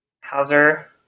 Hauser